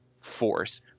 force